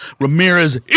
Ramirez